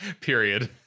Period